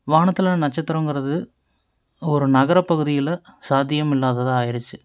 வானத்தில் நட்சத்திரங்கிறது ஒரு நகரப் பகுதியில் சாத்தியமில்லாததாக ஆயிருச்சு